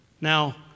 Now